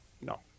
no